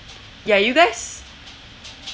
ya you guys